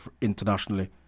internationally